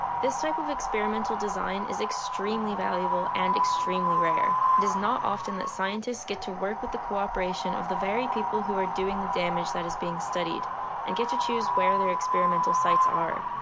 this type of experimental design is extremely valuable and extremely rare. it is not often that scientists get to work with the cooperation of the very people who are doing the damage that is being studied and get to choose where their experimental sites are.